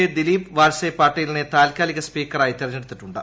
A Dilip Walse പാട്ടീലിനെ താൽക്കാലിക സ്പീക്കറായി തെരഞ്ഞെടുത്തിട്ടുണ്ട്